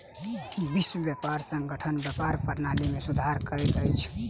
विश्व व्यापार संगठन व्यापार प्रणाली में सुधार करैत अछि